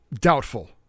Doubtful